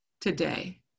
today